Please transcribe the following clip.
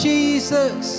Jesus